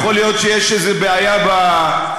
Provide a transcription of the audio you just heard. יכול להיות שיש איזו בעיה בסרטון,